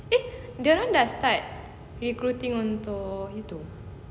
eh dia orang nak start recruiting untuk itu